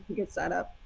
get set up.